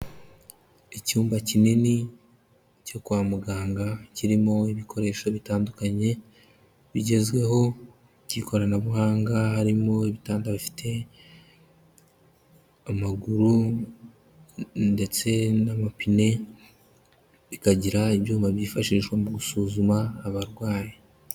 Icyumba kinini cyo kwa muganga, kirimo ibikoresho bitandukanye bigezweho by'ikoranabuhanga, harimo ibitanda bifite amaguru ndetse n'amapine, bikagira ibyuma byifashishwa mu gusuzuma abarwayi.